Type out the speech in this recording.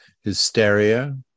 hysteria